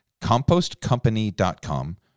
compostcompany.com